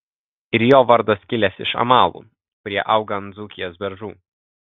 ir jo vardas kilęs iš amalų kurie auga ant dzūkijos beržų